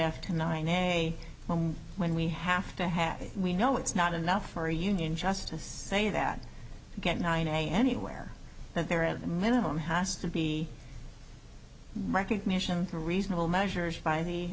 after nine a from when we have to have a we know it's not enough for a union just to say that you get nine a anywhere that they're at a minimum has to be recognition for reasonable measures by the